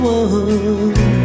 one